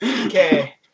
Okay